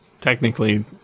technically